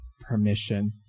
permission